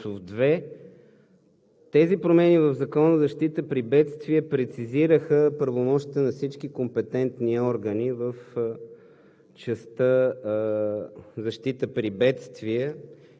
управлението на Министерския съвет – Борисов 2. Тези промени в Закона за защита при бедствия прецизираха правомощията на всички компетентни органи в